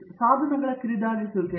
ದೇಶ್ಪಾಂಡೆ ಸಾಧನಗಳ ಕಿರಿದಾಗಿಸುವಿಕೆ